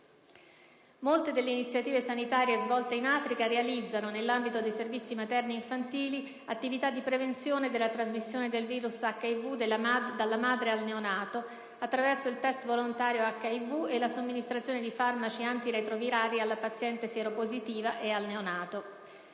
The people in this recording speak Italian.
Molte delle iniziative sanitarie svolte in Africa realizzano, nell'ambito dei servizi materno-infantili, attività di prevenzione della trasmissione del *virus* HIV dalla madre al neonato attraverso il test volontario HIV e la somministrazione di farmaci antiretrovirali alla paziente sieropositiva e al neonato.